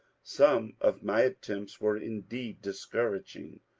some of my attempts were indeed discouraging.